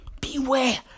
Beware